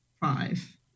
five